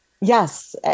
Yes